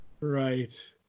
Right